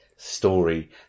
story